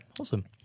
awesome